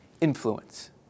influence